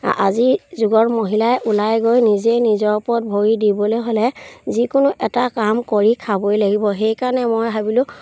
আজিৰ যুগৰ মহিলাই ওলাই গৈ নিজেই নিজৰ ওপৰত ভৰি দিবলৈ হ'লে যিকোনো এটা কাম কৰি খাবই লাগিব সেইকাৰণে মই ভাবিলোঁ